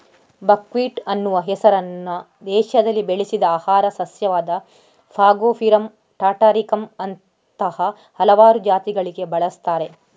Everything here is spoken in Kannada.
ಬಕ್ವೀಟ್ ಅನ್ನುವ ಹೆಸರನ್ನ ಏಷ್ಯಾದಲ್ಲಿ ಬೆಳೆಸಿದ ಆಹಾರ ಸಸ್ಯವಾದ ಫಾಗೋಪಿರಮ್ ಟಾಟಾರಿಕಮ್ ಅಂತಹ ಹಲವಾರು ಜಾತಿಗಳಿಗೆ ಬಳಸ್ತಾರೆ